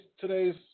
today's